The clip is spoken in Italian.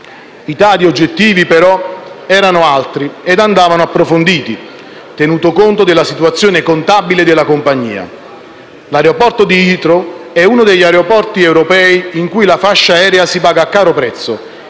I dati oggettivi, però, erano altri e andavano approfonditi, tenuto conto della situazione contabile della compagnia. Quello di Heathrow è uno degli aeroporti europei in cui la fascia aerea si paga a caro prezzo